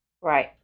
Right